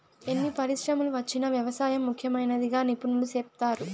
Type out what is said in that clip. ఎన్ని పరిశ్రమలు వచ్చినా వ్యవసాయం ముఖ్యమైనదిగా నిపుణులు సెప్తారు